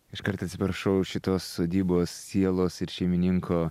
iškart atsiprašau šitos sodybos sielos ir šeimininko